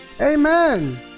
Amen